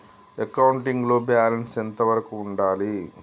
Accounting లో balance ఎంత వరకు ఉండాలి?